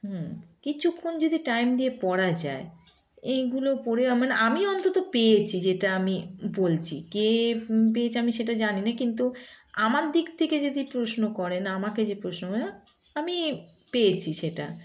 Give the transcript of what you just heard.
হুম কিছুক্ষণ যদি টাইম দিয়ে পড়া যায় এইগুলো পড়ে মানে আমি অন্তত পেয়েছি যেটা আমি বলছি কে পেয়েছে আমি সেটা জানি না কিন্তু আমার দিক থেকে যদি প্রশ্ন করেন আমাকে যে প্রশ্ন করে আমি পেয়েছি সেটা